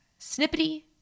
snippety